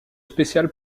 spéciale